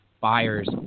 buyers